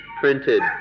printed